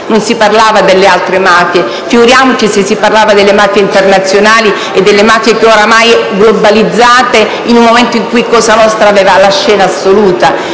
non si parlava delle altre mafie; figuriamoci se si parlava delle mafie internazionali e delle mafie globalizzate, in un momento in cui Cosa nostra aveva la scena assoluta.